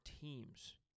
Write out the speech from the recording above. teams